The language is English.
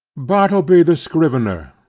bartleby, the scrivener.